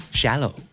shallow